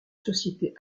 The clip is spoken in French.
société